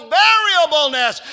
variableness